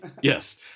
yes